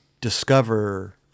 discover